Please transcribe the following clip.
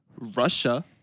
Russia